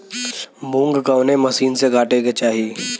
मूंग कवने मसीन से कांटेके चाही?